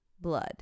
blood